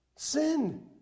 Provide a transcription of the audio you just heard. Sin